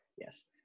yes